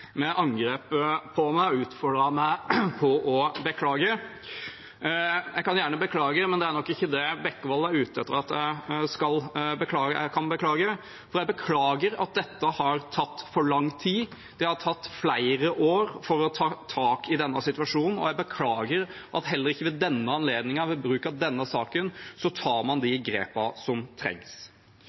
med angrep på meg og utfordret meg til å beklage. Jeg kan gjerne beklage, men det er nok ikke det representanten Bekkevold er ute etter at jeg skal beklage. Jeg beklager at dette har tatt for lang tid. Det har tatt flere år å ta tak i denne situasjonen, og jeg beklager at man heller ikke ved denne anledningen, ved bruk av denne saken, tar de grepene som trengs.